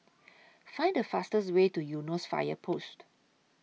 Find The fastest Way to Eunos Fire Post